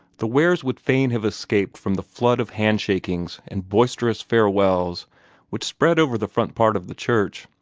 the wares would fain have escaped from the flood of handshakings and boisterous farewells which spread over the front part of the church.